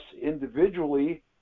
individually